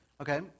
Okay